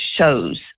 shows